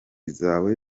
zawe